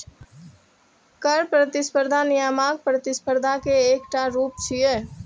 कर प्रतिस्पर्धा नियामक प्रतिस्पर्धा के एकटा रूप छियै